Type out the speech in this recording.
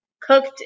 cooked